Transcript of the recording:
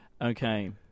Okay